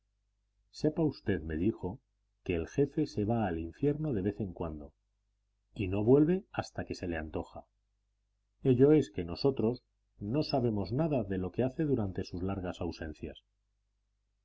sepa usted me dijo que el jefe se va al infierno de vez en cuando y no vuelve hasta que se le antoja ello es que nosotros no sabemos nada de lo que hace durante sus largas ausencias